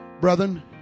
Brethren